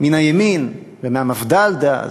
מהימין ומהמפד"ל דאז,